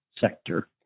sector